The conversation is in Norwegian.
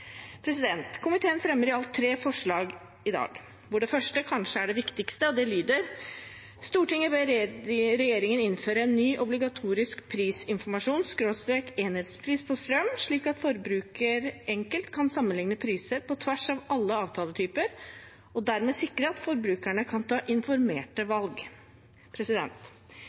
Komiteen fremmer i alt tre forslag til vedtak i dag, og det første er kanskje det viktigste. Det lyder: «Stortinget ber regjeringen innføre en ny obligatorisk prisinformasjon/enhetspris på strøm, slik at forbruker enkelt kan sammenligne priser på tvers av alle avtaletyper, og dermed sikre at forbrukerne kan ta informerte valg.»